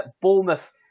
Bournemouth